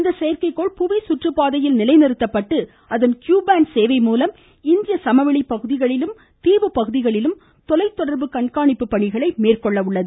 இந்த செயற்கை கோள் புவிசுற்று பாதையில் நிலைநிறுத்தப்பட்டு அதன் க்யூ சேவை மூலம் இந்திய சமவெளிப் பகுதிகளிலும் தீவு பகுதிகளிலும் பேன்ட் தொலைத்தொடர்பு கண்காணிப்பு பணிகளை மேற்கொள்ளும்